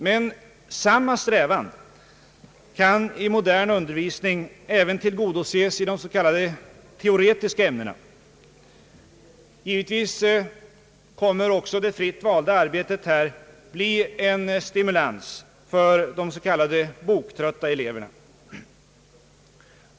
Men samma strävan kan i modern undervisning även tillgodoses i de s.k. teoretiska ämnena. Givetvis kommer också det fritt valda arbetet att bli en utmärkt stimulans för de s.k. boktrötta eleverna.